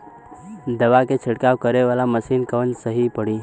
दवा के छिड़काव करे वाला मशीन कवन सही पड़ी?